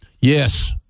Yes